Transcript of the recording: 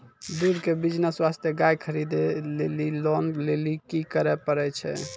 दूध के बिज़नेस वास्ते गाय खरीदे लेली लोन लेली की करे पड़ै छै?